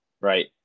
right